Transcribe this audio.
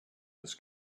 his